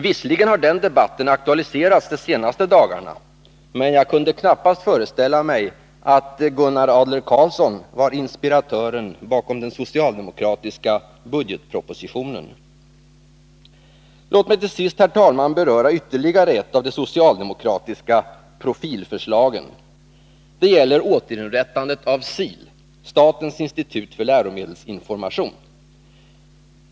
Visserligen har den debatten aktualiserats de senaste dagarna, men jag kunde knappast föreställa mig att Gunnar Adler-Karlsson var en inspiratör till den socialdemokratiska budgetpropositionen. Låt mig till sist, herr talman, beröra ytterligare ett av de socialdemokratiska ”profilförslagen”. Det gäller återinrättandet av SIL, Statens institut för läromedelsinformation.